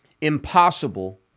impossible